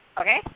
Okay